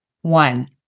One